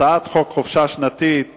הצעת חוק חופשה שנתית (תיקון,